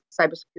cybersecurity